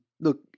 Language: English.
Look